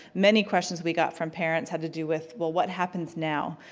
many questions we got from parents had to do with, well what happens now?